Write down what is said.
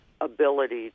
Ability